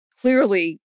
clearly